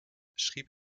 schrieb